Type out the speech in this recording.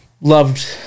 loved